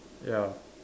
ya